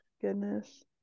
Goodness